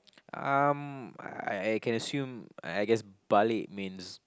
um I I can assume I guess balik means